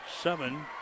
seven